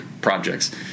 projects